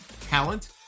talent